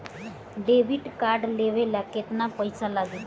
Debit card लेवे ला केतना पईसा लागी?